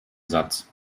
satz